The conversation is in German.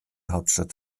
hauptstadt